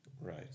Right